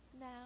Now